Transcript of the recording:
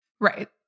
Right